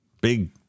Big